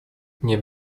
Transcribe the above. nie